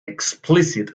explicit